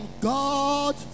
God